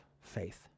faith